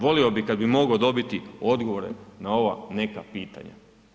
Volio bih kada bi mogao dobiti odgovore na ova neka pitanja.